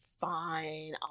fine